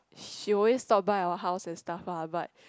she always stop by our house and stuff lah but